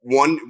one